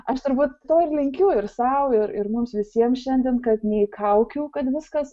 aš turbūt to ir linkiu ir sau ir ir mums visiems šiandien kad nei kaukių kad viskas